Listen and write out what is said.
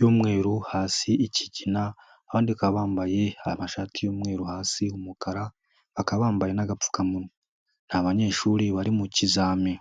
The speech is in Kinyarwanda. y'umweru hasi ikigina, abandi bakaba bambaye amashati y'umweru hasi umukara bakaba bambaye n'agapfukamunwa, nta banyeshuri bari mu kizami.